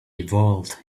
evolved